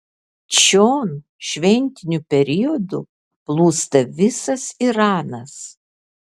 čion šventiniu periodu plūsta visas iranas